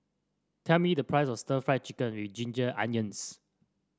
tell me the price of Stir Fried Chicken with Ginger Onions